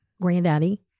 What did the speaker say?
Granddaddy